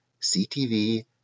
CTV